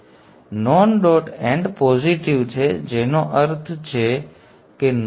તેથી non dot and positive છે જેનો અર્થ છે કે નોન ડોટ એન્ડ્સ પોઝિટિવ છે